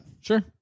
Sure